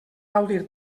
gaudir